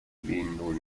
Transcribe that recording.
been